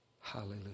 hallelujah